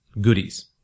goodies